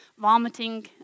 vomiting